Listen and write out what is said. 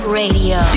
radio